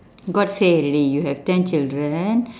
god say already you have ten children